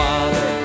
Father